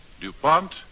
DuPont